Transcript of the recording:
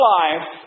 life